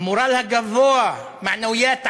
המורל הגבוה, (אומר דברים בערבית: